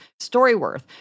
StoryWorth